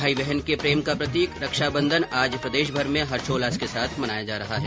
भाई बहन के प्रेम का प्रतीक रक्षाबंधन आज प्रदेशभर में हर्षोल्लास के साथ मनाया जा रहा है